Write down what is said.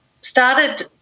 started